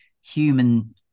human